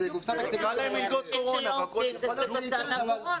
הכול אפשר לחבר.